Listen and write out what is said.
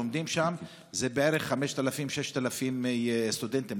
לומדים שם בערך 5,000 6,000 סטודנטים,